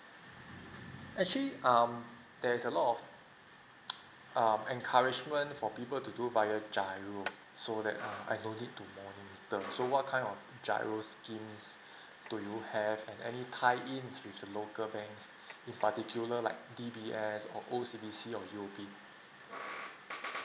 actually um there's a lot of um encouragement for people to do via giro so that um I no need to monitor so what kind of giro schemes do you have and any tie in with the local banks in particular like D_B_S or O_C_B_S or U_O_B